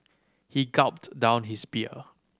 he gulped down his beer